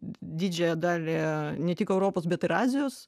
didžiąją dalį ne tik europos bet ir azijos